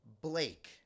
Blake